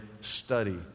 study